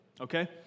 okay